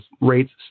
rates